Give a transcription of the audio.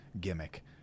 gimmick